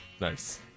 Nice